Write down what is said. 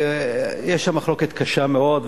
יש שם מחלוקת קשה מאוד,